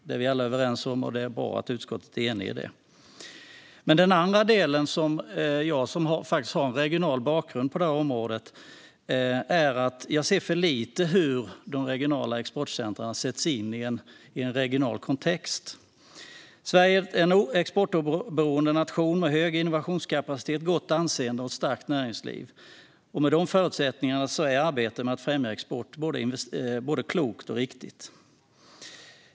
Det är vi alla överens om, och det är bra att utskottet är enigt när det gäller det. Den andra saken jag, som har en regional bakgrund på det här området, slås av är att jag ser för lite hur de regionala exportcentrumen sätts in i en regional kontext. Sverige är en exportberoende nation med hög innovationskapacitet, gott anseende och ett starkt näringsliv. Med de förutsättningarna är arbetet med att främja export både klokt och riktigt.